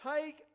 take